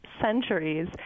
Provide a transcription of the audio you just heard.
centuries